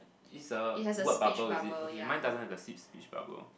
it's a word bubble is it okay mine doesn't have the speech to each bubble